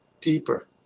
deeper